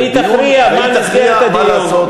והיא תכריע מה מסגרת הדיון.